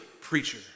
preacher